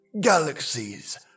galaxies